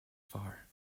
far